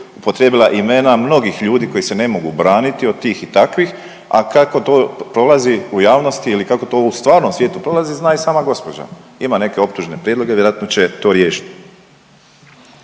upotrijebila imena mnogih ljudi koji se ne mogu braniti od tih i takvih. A kako to prolazi u javnosti ili kako to u stvarnom svijetu prolazi zna i sama gospođa. Ima neke optužne prijedloge, vjerojatno će to riješiti.